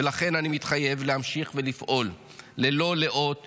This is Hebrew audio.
ולכן אני מתחייב להמשיך ולפעול ללא לאות